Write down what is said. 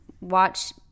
watch